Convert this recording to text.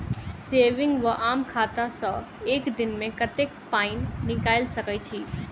Saving वा आम खाता सँ एक दिनमे कतेक पानि निकाइल सकैत छी?